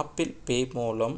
apple Pay மூலம்